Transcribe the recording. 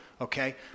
okay